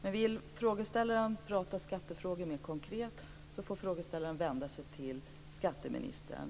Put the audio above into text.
Men vill frågeställaren tala skattefrågor mera konkret får hon vända sig till skatteministern.